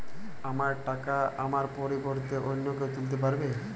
আমার টাকা আমার পরিবর্তে অন্য কেউ তুলতে পারবে?